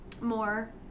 more